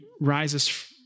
rises